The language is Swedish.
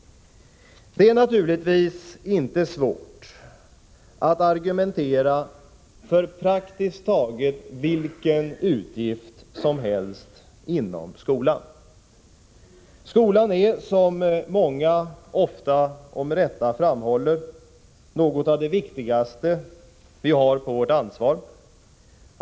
Det är naturligtvis inte svårt att argumentera för praktiskt taget vilken utgift som helst inom skolan. Skolan är, som många ofta och med rätta framhåller, något av det viktigaste som vi har ansvar för.